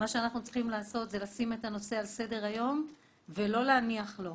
אנחנו צריכים לשים את הנושא על סדר היום ולא להניח לו.